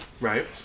Right